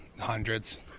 hundreds